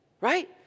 Right